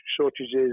shortages